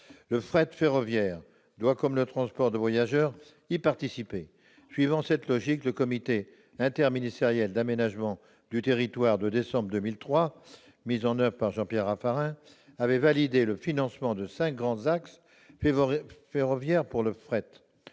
Le fret ferroviaire doit, comme le transport de voyageurs, y participer. Suivant cette logique, le comité interministériel d'aménagement du territoire de décembre 2003, mis en oeuvre par Jean-Pierre Raffarin, avait validé le financement de cinq grands axes ferroviaires pour le fret.